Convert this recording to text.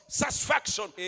satisfaction